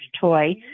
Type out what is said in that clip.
toy